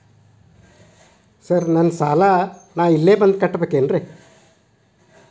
Sir ನನ್ನ ಸಾಲವನ್ನು ನಾನು ಇಲ್ಲೇ ಬಂದು ಕಟ್ಟಬೇಕೇನ್ರಿ?